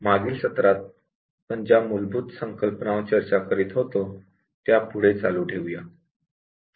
मागील व्याखानात आपण ज्या मूलभूत संकल्पनांवर चर्चा करीत होतो त्या चालू ठेवूया